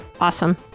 Awesome